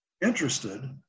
interested